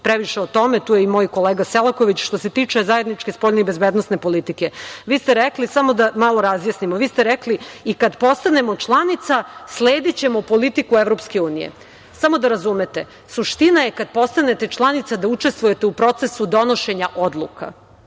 previše o tome, tu je i moj kolega Selaković što se tiče zajedničke spoljne i bezbednosne politike. Vi ste rekli, samo malo da razjasnimo. Vi ste rekli i kada postanemo članica sledićemo politiku EU. Samo da razumete. Suština je kada postanete članica da učestvujete u procesu donošenja odluka.